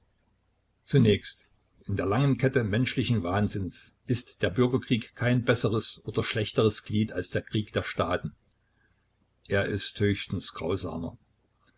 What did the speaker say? zunächst in der langen kette menschlichen wahnsinns ist der bürgerkrieg kein besseres oder schlechteres glied als der krieg der staaten er ist höchstens grausamer